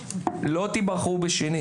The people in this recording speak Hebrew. לא תבחרו בשנית.